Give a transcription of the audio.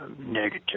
negative